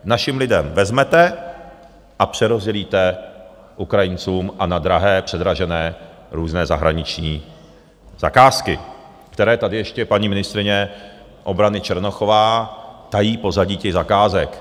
Našim lidem vezmete a přerozdělíte Ukrajincům a na drahé, předražené různé zahraniční zakázky, které tady ještě paní ministryně obrany Černochová tají pozadí těch zakázek.